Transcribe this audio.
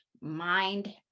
mind